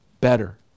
better